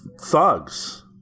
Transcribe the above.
thugs